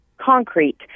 concrete